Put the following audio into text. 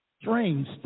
strange